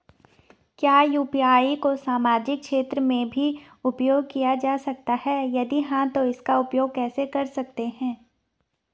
क्या यु.पी.आई को सामाजिक क्षेत्र में भी उपयोग किया जा सकता है यदि हाँ तो इसका उपयोग कैसे कर सकते हैं?